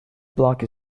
block